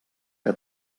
que